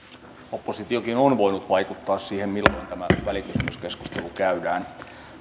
oppositiokin on voinut vaikuttaa siihen milloin tämä välikysymyskeskustelu käydään